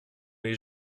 les